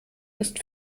ist